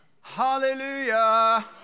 Hallelujah